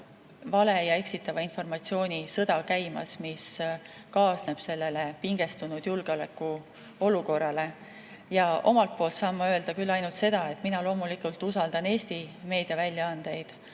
vale‑ ja eksitava informatsiooni sõda käimas, mis kaasneb selle pingestunud julgeolekuolukorraga. Omalt poolt saan ma küll öelda ainult seda, et mina loomulikult usaldan Eesti meediaväljaandeid,